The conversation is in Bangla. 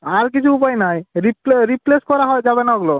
আর কিছু উপায় নেই রিপ্লেস করা হয় যাবে না ওগুলো